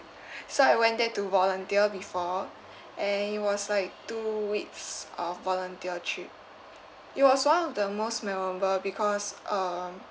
so I went there to volunteer before and it was like two weeks of volunteer trip it was one of the most memorable because um